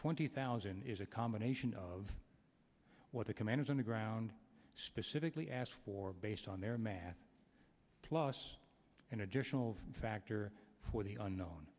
twenty thousand is a combination of what the commanders on the ground specifically asked for based on their math plus an additional factor for the unknown